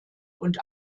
und